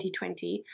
2020